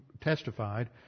testified